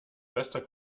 bester